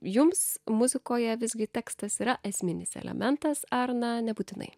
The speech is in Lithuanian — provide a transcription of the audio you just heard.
jums muzikoje visgi tekstas yra esminis elementas ar na nebūtinai